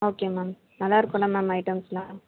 okay ma'am நல்லாயிருக்கும்ல ma'am ஐட்டம்ஸ்லாம்